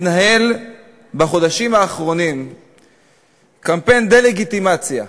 מתנהל בחודשים האחרונים קמפיין דה-לגיטימציה,